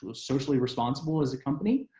ah socially responsible as a company